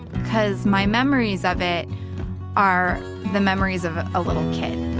cause my memories of it are the memories of a little kid.